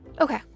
Okay